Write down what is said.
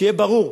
שיהיה ברור.